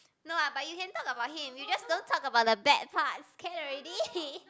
no lah but you can talk about him you just don't talk about the bad parts can already